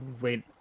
wait